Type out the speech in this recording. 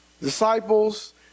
disciples